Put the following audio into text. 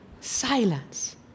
silence